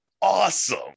awesome